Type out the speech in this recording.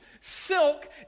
Silk